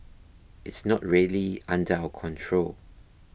it's not really under our control